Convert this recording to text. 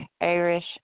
Irish